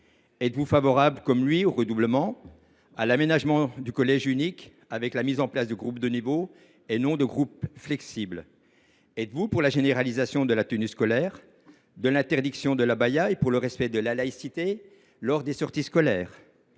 êtes vous favorable, comme lui, au redoublement et à l’aménagement du collège unique, avec la mise en place de groupes de niveau et non de groupes flexibles ? Êtes vous pour la généralisation de la tenue scolaire, de l’interdiction de l’abaya et pour le respect de la laïcité lors des sorties scolaires ?